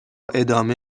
ادامه